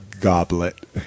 goblet